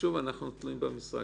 שוב אנחנו תלויים במשרד.